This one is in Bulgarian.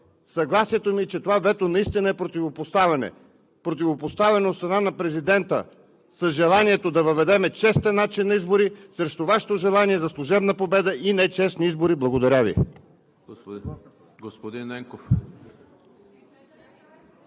Съгласието ми е, че това вето наистина е противопоставяне – противопоставяне от страна на президента с желанието да въведем честен начин на избори срещу Вашето желание за служебна победа и нечестни избори. Благодаря Ви.